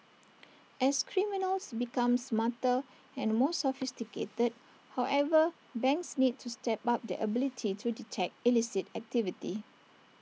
as criminals become smarter and more sophisticated however banks need to step up their ability to detect illicit activity